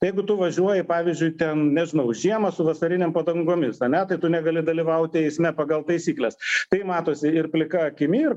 jeigu tu važiuoji pavyzdžiui ten nežinau žiemą su vasarinėm padangomis ane tai tu negali dalyvauti eisme pagal taisykles tai matosi ir plika akimi ir